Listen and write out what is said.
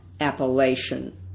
appellation